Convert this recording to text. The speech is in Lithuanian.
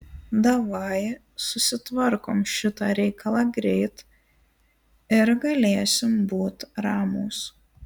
davai susitvarkom šitą reikalą greit ir galėsim būt ramūs